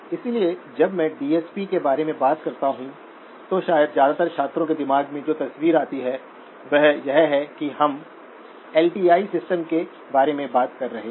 इसलिए जब मैं डीएसपी के बारे में बात करता हूं तो शायद ज्यादातर छात्रों के दिमाग में जो तस्वीर आती है वह यह है कि हम एल टी आई सिस्टम के बारे में बात कर रहे हैं